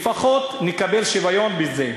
לפחות נקבל שוויון בזה.